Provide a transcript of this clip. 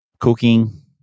cooking